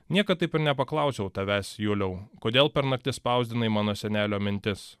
niekad taip ir nepaklausiau tavęs juliau kodėl per naktis spausdinai mano senelio mintis